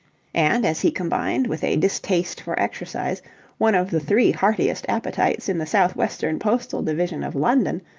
and, as he combined with a distaste for exercise one of the three heartiest appetites in the south-western postal division of london,